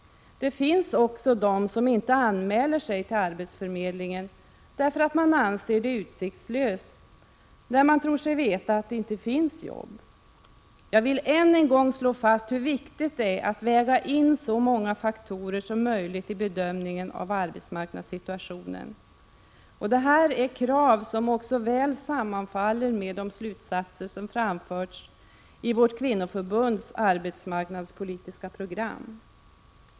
Det finns också de som inte anmäler sig till arbetsförmedlingen, därför att de anser det utsiktslöst, eftersom de tror sig veta att det inte finns jobb. Jag vill än en gång slå fast hur viktigt det är att väga in så många faktorer som möjligt i bedömningen av arbetsmarknadssituationen. Det här är krav som också väl sammanfaller med de slutsatser som framförts i vårt kvinnoförbunds arbetsmarknadspolitiska program.